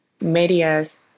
medias